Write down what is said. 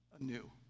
anew